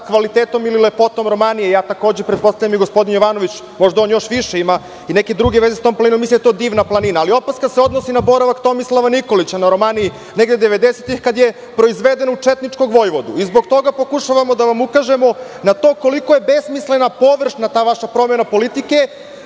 kvalitetom ili lepotom Romanije. Takođe, pretpostavljam, i gospodin Jovanović, možda on još više ima i neke druge veze sa tom planinom. Mislim da je to divna planina. Ali, opaska se odnosi na boravak Tomislava Nikolića na Romaniji negde 90-ih godina, kada je proizveden u četničkog vojvodu. Zbog toga pokušavamo da vam ukažemo na to koliko je besmislena, površna ta vaša promena politike,